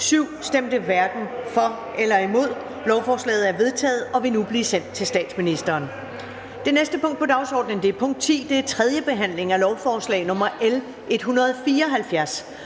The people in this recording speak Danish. stemte 0, hverken for eller imod stemte 0. Lovforslaget er enstemmigt vedtaget og vil nu blive sendt til statsministeren. --- Det næste punkt på dagsordenen er: 11) 3. behandling af lovforslag nr. L 88: